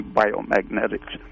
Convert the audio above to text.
biomagnetics